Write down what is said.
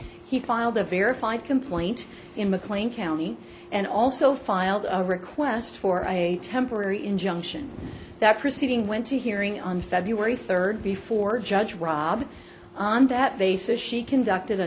he filed a verified complaint in mclean county and also filed a request for a temporary injunction that proceeding went to a hearing on february third before judge rob on that basis she conducted a